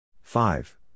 five